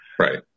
Right